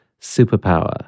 superpower